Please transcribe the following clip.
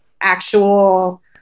actual